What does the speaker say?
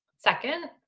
second,